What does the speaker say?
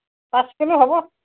পাঁচ কিলো হ'ব